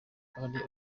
ari